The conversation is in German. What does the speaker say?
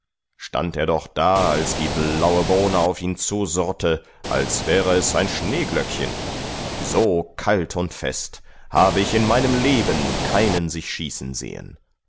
stand er doch da als die blaue bohne auf ihn zusurrte als wäre es ein schneeglöckchen so kalt und fest habe ich in meinem leben keinen sich schießen sehen